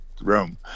room